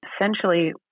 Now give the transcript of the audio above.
essentially